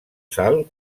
sal